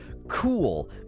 Cool